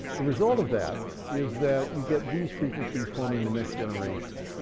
the result of that is that you get these frequencies forming the next generations.